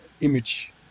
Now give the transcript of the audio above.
image